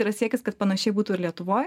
yra siekis kad panašiai būtų ir lietuvoj